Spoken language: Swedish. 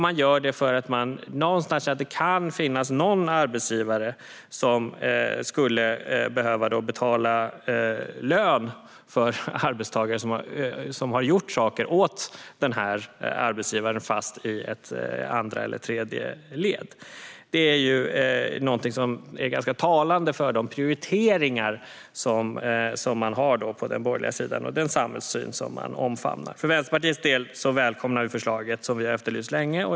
De gör det för att de någonstans känner att det kan finnas någon arbetsgivare som skulle behöva betala lön för arbetstagare som har gjort saker åt arbetsgivaren fast i ett andra eller tredje led. Detta är någonting som är ganska talande för de prioriteringar som man har på den borgerliga sidan och den samhällssyn som man omfamnar. För Vänsterpartiets del välkomnar vi förslaget, som vi har efterlyst länge.